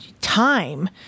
Time